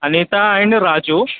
Anita and Raju